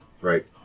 right